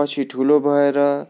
पछि ठुलो भएर